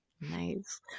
Nice